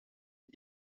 die